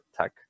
tech